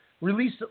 release